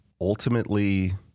ultimately